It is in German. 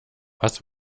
was